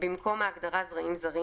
במקום ההגדרה ""זרעים זרים",